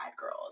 girls